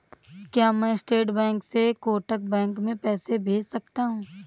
क्या मैं state bank से कोटक बैंक में पैसे भेज सकता हूँ?